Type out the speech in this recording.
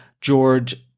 George